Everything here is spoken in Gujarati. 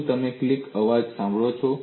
શું તમે ક્લિક અવાજ સાંભળ્યો છે